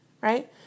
Right